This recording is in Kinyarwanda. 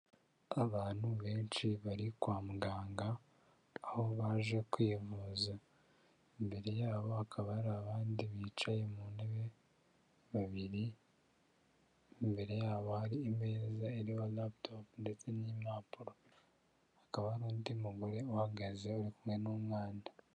Abantu benshi bari kwa muganga, aho baje kwivuza, imbere yabo hakaba hari abandi bicaye mu ntebe babiri, imbere yabo hari imeza iriho Laptop ndetse n'impapuro, hakaba hari undi mugore uhagaze uri kumwe n'umwana.